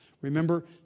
Remember